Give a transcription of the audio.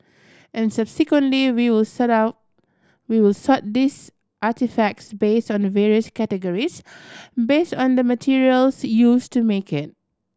and subsequently we will set out we will sort these artefacts based on the various categories based on the materials used to make it